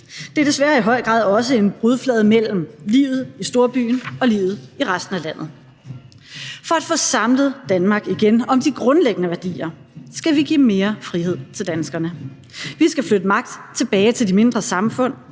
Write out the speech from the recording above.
Det er desværre i høj grad også en brudflade mellem livet i storbyen og livet i resten af landet. For at få samlet Danmark igen om de grundlæggende værdier skal vi give mere frihed til danskerne. Vi skal flytte magt tilbage til de mindre samfund,